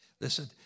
Listen